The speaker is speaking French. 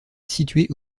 située